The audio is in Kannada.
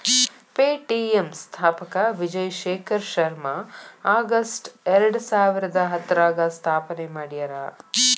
ಪೆ.ಟಿ.ಎಂ ಸ್ಥಾಪಕ ವಿಜಯ್ ಶೇಖರ್ ಶರ್ಮಾ ಆಗಸ್ಟ್ ಎರಡಸಾವಿರದ ಹತ್ತರಾಗ ಸ್ಥಾಪನೆ ಮಾಡ್ಯಾರ